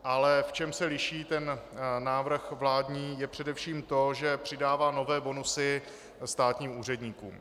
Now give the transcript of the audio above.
Ale v čem se liší návrh vládní, je především to, že přidává nové bonusy státním úředníkům.